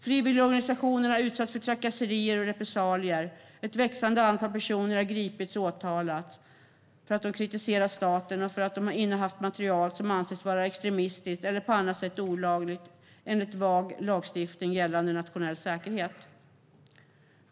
Frivilligorganisationer har utsatts för trakasserier och repressalier. Ett växande antal personer har gripits och åtalats för att ha kritiserat staten och för att ha innehaft material som anses vara extremistiskt eller på annat sätt olagligt enligt en vag lagstiftning gällande nationell säkerhet.